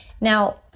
Now